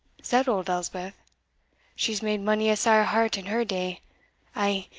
said old elspeth she's made mony a sair heart in her day ay,